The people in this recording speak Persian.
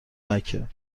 مکه